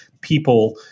people